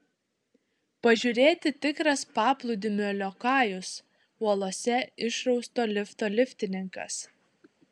pažiūrėti tikras paplūdimio liokajus uolose išrausto lifto liftininkas